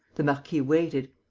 the marquis waited.